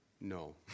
no